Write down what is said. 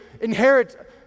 inherit